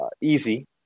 easy